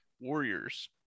Warriors